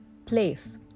place